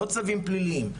לא צווים פליליים,